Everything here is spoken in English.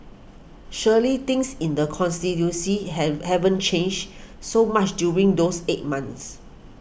surely things in the constituency have haven't changed so much during those eight months